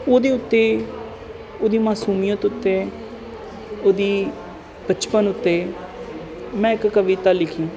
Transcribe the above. ਉਹਦੇ ਉੱਤੇ ਉਹਦੀ ਮਾਸੂਮੀਅਤ ਉੱਤੇ ਉਹਦੀ ਬਚਪਨ ਉੱਤੇ ਮੈਂ ਇੱਕ ਕਵਿਤਾ ਲਿਖੀ